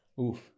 Oof